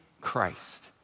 Christ